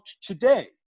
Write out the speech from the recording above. today